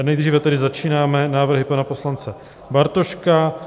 Nejdříve tedy začínáme návrhy pana poslance Bartoška.